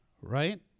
right